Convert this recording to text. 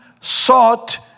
sought